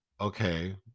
Okay